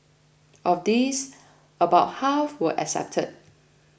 of these about half were accepted